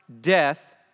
death